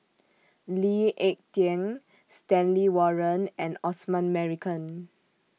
Lee Ek Tieng Stanley Warren and Osman Merican